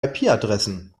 adressen